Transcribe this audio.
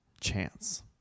chance